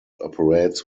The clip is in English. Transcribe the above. operates